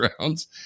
rounds